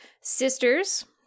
sister's